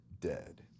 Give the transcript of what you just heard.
dead